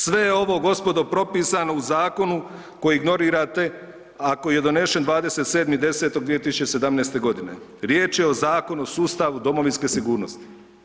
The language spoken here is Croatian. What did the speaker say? Sve je ovo gospodo propisano u zakonu koji ignorirate, a koji je donesen 27.10.2017.g. Riječ je o Zakonu o sustavu domovinske sigurnosti.